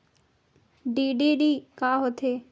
DD का होथे?